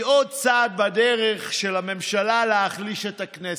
עוד צעד בדרך של הממשלה להחליש את הכנסת,